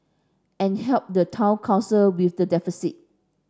and help the town council with the deficit